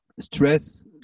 stress